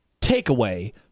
Takeaway